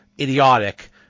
idiotic